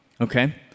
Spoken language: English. Okay